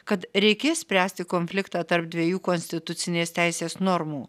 kad reikės spręsti konfliktą tarp dviejų konstitucinės teisės normų